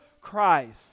Christ